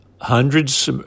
hundreds